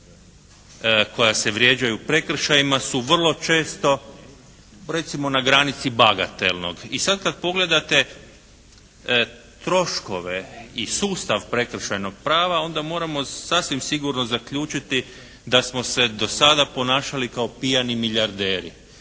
koja se vrijeđaju prekršajima su vrlo često recimo na granici bagatelnog i sad kad pogledate troškove i sustav prekršajnog prava onda moramo sasvim sigurno zaključiti da smo se do sada ponašali kao pijani milijarderi.